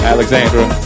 Alexandra